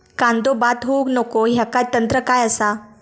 कांदो बाद होऊक नको ह्याका तंत्र काय असा?